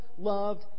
loved